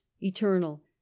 eternal